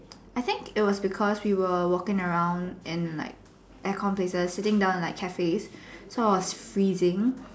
I think it was because we were walking around in like air con places sitting around in cafes so I was freezing